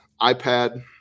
iPad